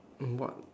mm what